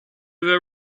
there